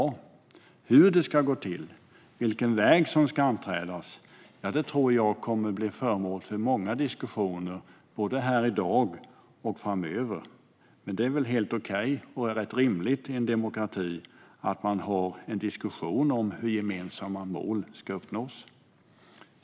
Frågor om hur det ska gå till och vilken väg som ska anträdas tror jag kommer att bli föremål för många diskussioner både här i dag och framöver. Men det är väl helt okej och rätt rimligt i en demokrati att man har en diskussion om hur gemensamma mål ska uppnås.